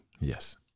Yes